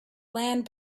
land